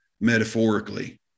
metaphorically